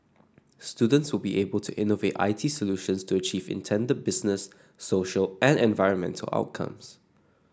students will be able to innovate I T solutions to achieve intended business social and environmental outcomes